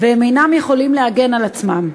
והם אינם יכולים להגן על עצמם.